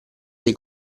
dei